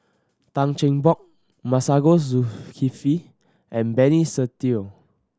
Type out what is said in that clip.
Tan Cheng Bock Masagos Zulkifli and Benny Se Teo